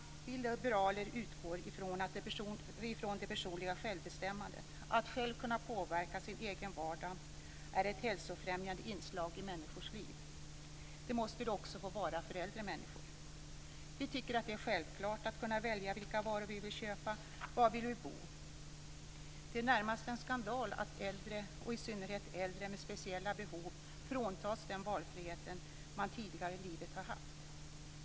Vi liberaler utgår från att det personliga självbestämmandet, att själv kunna påverka sin egen vardag, är ett hälsofrämjande inslag i människors liv. Det måste det också få vara för äldre människor. Vi tycker att det är självklart att kunna välja vilka varor vi vill köpa och var vi vill bo. Det är närmast en skandal att äldre, och i synnerhet äldre med speciella behov, fråntas den valfrihet man tidigare i livet har haft.